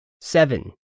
Seven